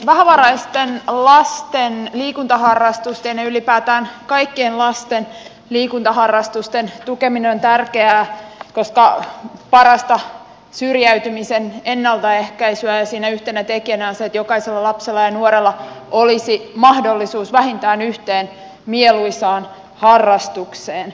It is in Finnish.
vähävaraisten lasten liikuntaharrastusten ja ylipäätään kaikkien lasten liikuntaharrastusten tukeminen on tärkeää koska se on parasta syrjäytymisen ennaltaehkäisyä ja siinä yhtenä tekijänä on se että jokaisella lapsella ja nuorella olisi mahdollisuus vähintään yhteen mieluisaan harrastukseen